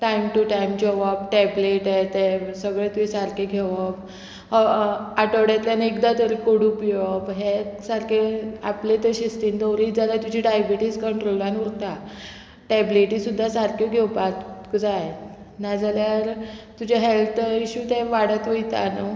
time to time जेवप tablet हें तें सगळे तुवें सारकें घेवप आठवड्यांतल्यान एकदां तरी कोडू पिवप हें सारकें आपले ते शिस्तीन दवरीत जाल्यार तुजी डायबिटीज कंट्रोलान उरता टॅबलेटी सुद्दां सारक्यो घेवपाक जाय नाजाल्यार तुजें हेल्थ इश्यू ते वाडत वयता न्हू